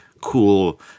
cool